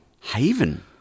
Haven